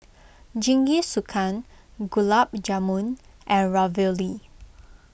Jingisukan Gulab Jamun and Ravioli